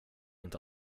inte